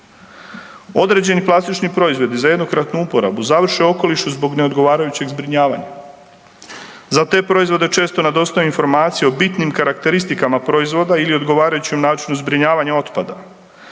Određeni plastični proizvodi za jednokratnu uporabu završe u okolišu zbog neodgovarajućeg zbrinjavanja. Za te proizvode često nedostaju informacije o bitnim karakteristikama proizvoda ili odgovarajućem načinu zbrinjavanja otpada.